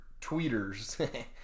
tweeters